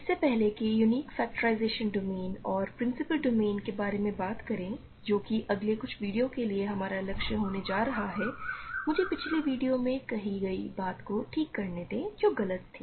इससे पहले कि मैं यूनिक फ़ैक्टराइज़ेशन डोमेन और प्रिंसिपल आइडियल डोमेन के बारे में बात करूं जो कि अगले कुछ वीडियो के लिए हमारा लक्ष्य होने जा रहा है मुझे पिछले वीडियो में कही गई बात को ठीक करने दें जो गलत थी